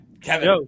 Kevin